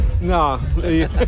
No